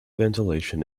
ventilation